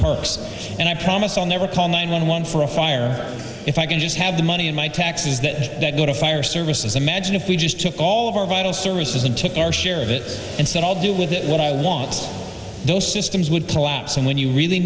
parks and i promise i'll never call nine one one for a fire if i can just have the money in my taxes that go to fire services imagine if we just took all of our vital services and took our share of it and said i'll do with it what i want those systems would collapse and when you really